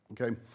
Okay